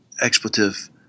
expletive